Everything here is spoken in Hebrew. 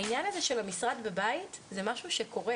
העניין הזה של המשרד בבית זה משהו שקורה.